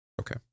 okay